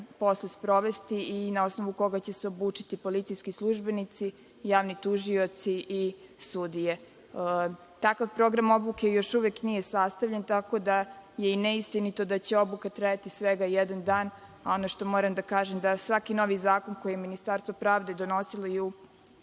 posle sprovesti i na osnovu koga će se obučiti policijski službenici, javni tužioci i sudije. Takav program obuke još uvek nije sastavljen tako da je i neistinito da će obuka trajati svega jedan dan. Ono što moram da kažem da je svaki novi zakon koji je Ministarstvo pravde donosilo i u